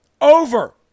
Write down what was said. Over